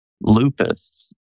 lupus